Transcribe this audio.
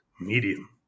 medium